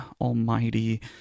Almighty